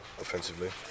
offensively